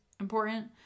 important